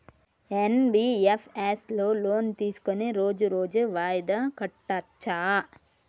NBFS లో loan తీస్కొని రోజు రోజు వాయిదా కట్టచ్ఛా?